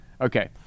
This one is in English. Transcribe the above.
Okay